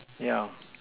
yeah